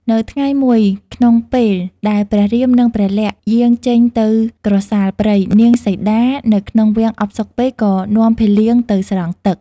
នៅថ្ងៃមួយ ក្នុងពេលដែលព្រះរាមនិងព្រះលក្សណ៍យាងចេញទៅក្រសាលព្រៃ នាង សីតានៅក្នុងវាំងអផ្សុកពេកក៏នាំភីលៀងទៅស្រង់ទឹក។